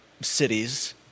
cities